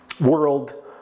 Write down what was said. world